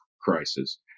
crisis